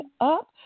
up